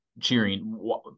cheering